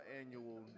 annual